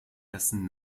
dessen